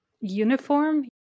uniform